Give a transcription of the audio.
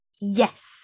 yes